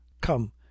Come